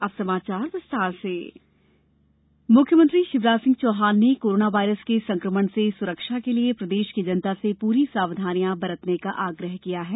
unlock one अपील CM मुख्यमंत्री शिवराज सिंह चौहान ने कोरोना वायरस के संक्रमण से सुरक्षा के लिए प्रदेश की जनता से पूरी सावधानियां बरतने का आग्रह किया है